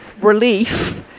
relief